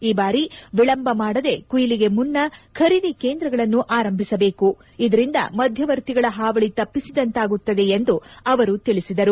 ಈ ಬಾರಿ ವಿಳಂಬ ಮಾಡದೆ ಕುಯಿಲಿಗೆ ಮುನ್ನ ಖರೀದಿ ಕೇಂದ್ರಗಳನ್ನು ಆರಂಭಿಸಬೇಕು ಇದರಿಂದ ಮಧ್ಯವರ್ತಿಗಳ ಹಾವಳಿ ತಪ್ಪಿಸಿದಂತಾಗುತ್ತದೆ ಎಂದು ಅವರು ತಿಳಿಸಿದರು